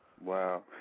Wow